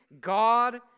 God